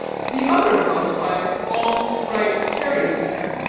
the other held, by its long bright cherry-stem,